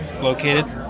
located